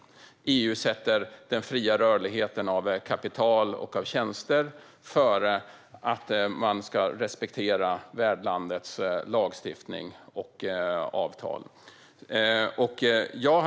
EU sätter den fria rörligheten av kapital och tjänster framför respekt för värdlandets lagstiftning och avtal.